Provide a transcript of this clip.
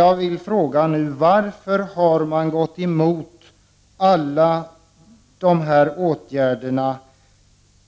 Jag vill nu fråga: Varför har ni gått emot alla de här åtgärderna?